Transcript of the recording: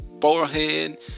forehead